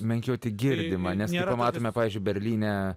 menkiau tik girdima nes nėra matome pavyzdžiui berlyne